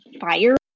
fire